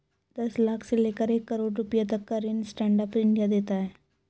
दस लाख से लेकर एक करोङ रुपए तक का ऋण स्टैंड अप इंडिया देता है